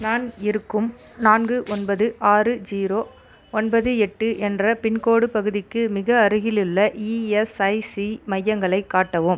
நான் இருக்கும் நான்கு ஒன்பது ஆறு ஜீரோ ஒன்பது எட்டு என்ற பின்கோடு பகுதிக்கு மிக அருகிலுள்ள இஎஸ்ஐசி மையங்களைக் காட்டவும்